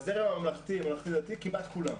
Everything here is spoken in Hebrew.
בזרם הממלכתי והממלכתי דתי כמעט כולם.